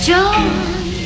John